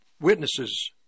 witnesses